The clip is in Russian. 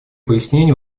пояснения